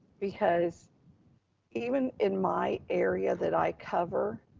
because even in my area that i cover,